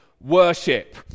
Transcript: worship